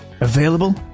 Available